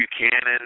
Buchanan